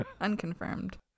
Unconfirmed